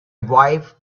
wife